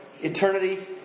eternity